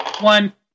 One